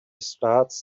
starts